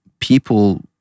people